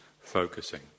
focusing